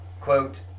quote